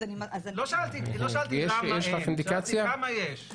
לא שאלתי למה אין, שאלתי כמה יש?